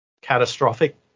catastrophic